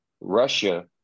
Russia